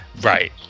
Right